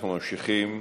אנחנו ממשיכים.